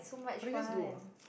what do you guys do ah